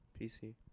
PC